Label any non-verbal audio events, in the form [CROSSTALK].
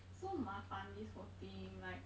[NOISE] so 麻烦 this whole thing like